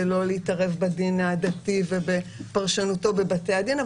לא להתערב בדין העדתי ובפרשנותו בבתי הדין,